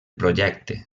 projecte